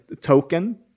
Token